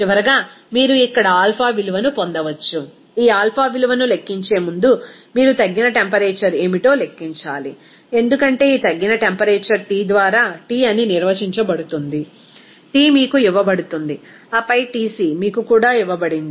చివరగా మీరు ఇక్కడ ఆల్ఫా విలువను పొందవచ్చు ఈ ఆల్ఫా విలువను లెక్కించే ముందు మీరు తగ్గిన టెంపరేచర్ ఏమిటో లెక్కించాలి ఎందుకంటే ఈ తగ్గిన టెంపరేచర్ T ద్వారా T అని నిర్వచించబడుతుంది T మీకు ఇవ్వబడుతుంది ఆపై Tc మీకు కూడా ఇవ్వబడింది